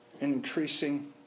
increasing